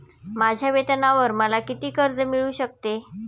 माझ्या वेतनावर मला किती कर्ज मिळू शकते?